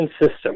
system